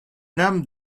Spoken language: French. nam